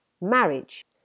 marriage